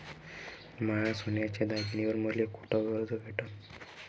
माया सोन्याच्या दागिन्यांइवर मले कुठे कर्ज भेटन?